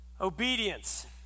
Obedience